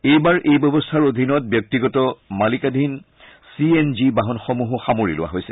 এইবাৰ এই ব্যৱস্থাৰ অধীনত ব্যক্তিগত মালিকাধীন চি এন জি বাহনসমূহো সামৰি লোৱা হৈছে